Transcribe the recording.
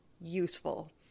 useful